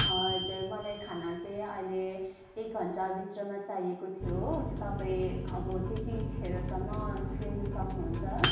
हजुर मलाई खाना चाहिँ अहिले एक घन्टाभित्रमा चाहिएको थियो हो तपाईँ अब त्यतिखेरसम्म दिनु सक्नुहुन्छ